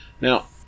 Now